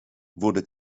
wurde